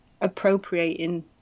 appropriating